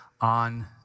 on